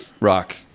rock